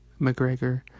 McGregor